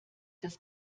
das